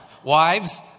Wives